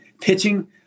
Pitching